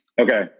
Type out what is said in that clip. Okay